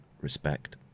respect